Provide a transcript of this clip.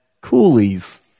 Coolies